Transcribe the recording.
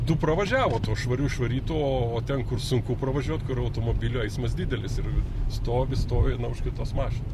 du pravažiavo tuo švariu išvarytu o o ten kur sunku pravažiuot kur automobilių eismas didelis ir stovi stovi už kitos mašinos